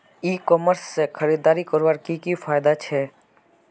ई commerce से खरीदारी करवार की की फायदा छे?